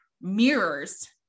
mirrors